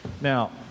Now